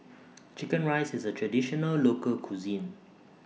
Chicken Rice IS A Traditional Local Cuisine